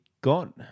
got